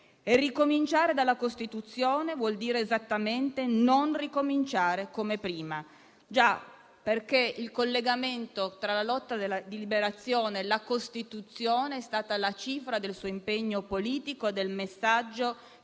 ricominciare dalla Costituzione vuol dire esattamente non ricominciare come prima. Già, perché il collegamento tra la lotta di liberazione e la Costituzione è stata la cifra del suo impegno politico e del messaggio